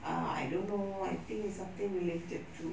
I don't know something related